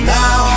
Now